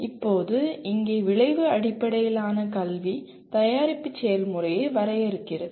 இப்போது இங்கே விளைவு அடிப்படையிலான கல்வி தயாரிப்பு செயல்முறையை வரையறுக்கிறது